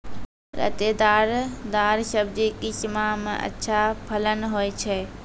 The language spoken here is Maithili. लतेदार दार सब्जी किस माह मे अच्छा फलन होय छै?